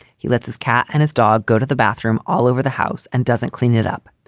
he lets his cat and his dog go to the bathroom all over the house and doesn't clean it up.